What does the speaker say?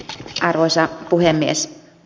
arvoisa puhemies